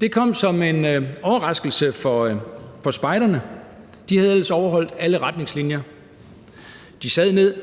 Det kom som en overraskelse for spejderne. De havde ellers overholdt alle retningslinjer: De sad ned,